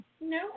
No